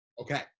Okay